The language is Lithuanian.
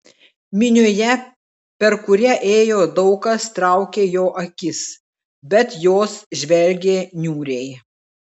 minioje per kurią ėjo daug kas traukė jo akis bet jos žvelgė niūriai